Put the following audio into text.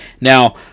Now